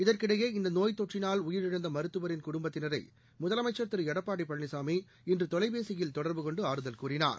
இதற்கிடையே இந்த நோய் தொற்றினால் உயிரிழந்த மருத்துவரின் குடும்பத்தினரை முதலமைச்சர் திரு எடப்பாடி பழனிசாமி இன்று தொலைபேசியில் தொடர்பு கொண்டு ஆறுதல் கூறினார்